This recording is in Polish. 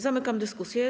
Zamykam dyskusję.